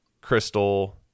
Crystal